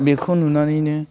बेखौ नुनानैनो